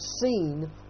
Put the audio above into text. seen